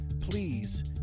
please